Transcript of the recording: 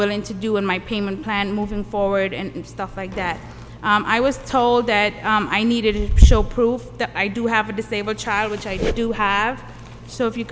willing to do in my payment plan moving forward and stuff like that i was told that i needed proof that i do have a disabled child which i do have so if you